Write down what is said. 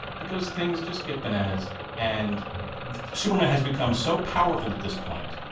because things just get bananas and superman has become so powerful at this point,